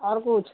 اور کچھ